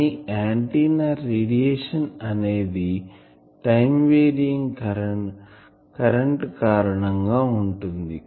కానీ antenna radiation అనేది time varying current కారణం గా ఉంటుంది